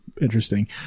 interesting